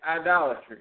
idolatry